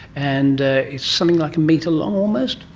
and it's something like a metre long, almost?